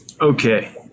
Okay